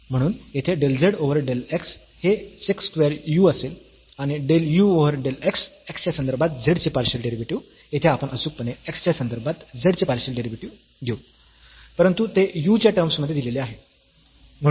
म्हणून येथे del z over del x हे sec स्क्वेअर u असेल आणि del u over del x x च्या संदर्भात z चे पार्शियल डेरिव्हेटिव्ह येथे आपण अचूकपणे x च्या संदर्भात z चे पार्शियल डेरिव्हेटिव्ह घेऊ परंतु ते u च्या टर्म्स मध्ये दिलेले आहे